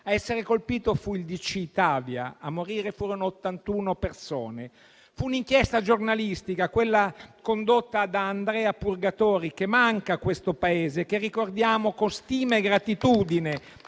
ad essere colpito fu il DC Itavia, a morire furono 81 persone. Fu un'inchiesta giornalistica, quella condotta da Andrea Purgatori, che manca a questo Paese e che ricordiamo con stima e gratitudine